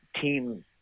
team